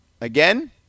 Again